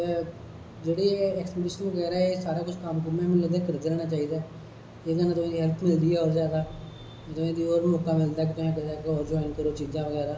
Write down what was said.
जेहड़ी ऐ एक्सपोर्टेशन बगैरा ऐ सारा किश कम्म कम्म बी मि लगदा करी लेना चाहिदा एहदे कन्नै तुसें गी हैल्प मिलदी ऐ ओर ज्यादा ओर मौका मिलदा ऐ अग्गे जाइयै और जाइन करो चीजा